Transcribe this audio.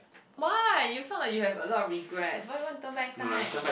why you sound like you have a lot of regrets why you want turn back time